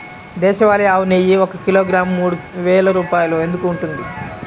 దేశవాళీ ఆవు నెయ్యి ఒక కిలోగ్రాము మూడు వేలు రూపాయలు ఎందుకు ఉంటుంది?